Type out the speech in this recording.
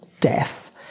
death